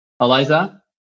Eliza